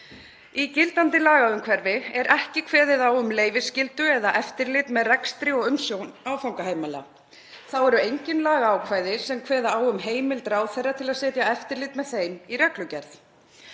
Í gildandi lagaumhverfi er ekki kveðið á um leyfisskyldu eða eftirlit með rekstri og umsjón áfangaheimila. Þá eru engin lagaákvæði sem kveða á um heimild ráðherra til að setja eftirlit með þeim í reglugerð.